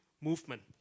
movement